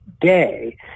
day